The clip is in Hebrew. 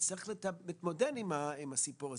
צריך להתמודד עם הסיפור הזה.